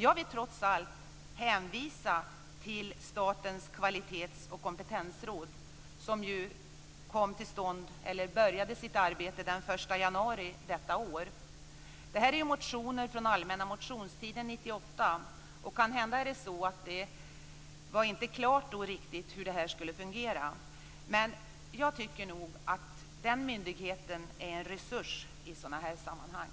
Jag vill trots allt hänvisa till Statens kvalitets och kompetensråd som började sitt arbete den 1 januari detta år. Det är här fråga om motioner från allmänna motionstiden 1998. Kanhända var det då inte riktigt klart hur rådet skulle fungera. Jag tycker nog att myndigheten är en resurs i sådana sammanhang.